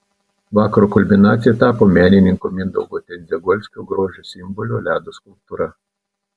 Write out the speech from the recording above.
vakaro kulminacija tapo menininko mindaugo tendziagolskio grožio simbolio ledo skulptūra